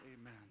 Amen